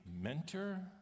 mentor